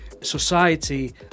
society